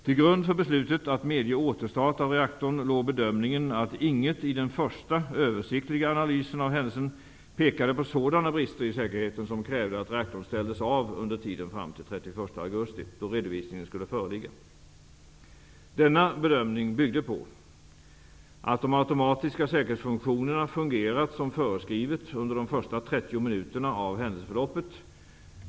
Till grund för beslutet att medge återstart av reaktorn låg bedömningen att inget i den första översiktliga analysen av händelsen pekade på sådana brister i säkerheten som krävde att reaktorn ställdes av under tiden fram till den 31 augusti, då redovisning skulle föreligga. Denna bedömning byggde på att de automatiska säkerhetsfunktionerna fungerat som föreskrivet under de första 30 minuterna av händelseförloppet.